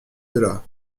delà